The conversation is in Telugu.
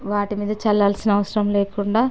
వాటి మీద చల్లాల్సిన అవసరం లేకుండా